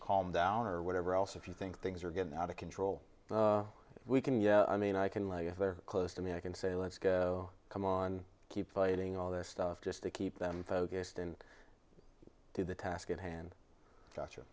calm down or whatever else if you think things are getting out of control we can you know i mean i can like if they're close to me i can say let's go come on keep fighting all this stuff just to keep them focused and do the task at hand